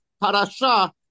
parasha